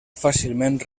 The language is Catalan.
fàcilment